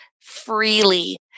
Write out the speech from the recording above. freely